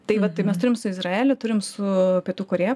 tai vat tai mes turim su izraeliu turim su pietų korėja